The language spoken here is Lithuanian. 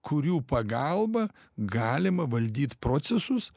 kurių pagalba galima valdyt procesus